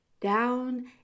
down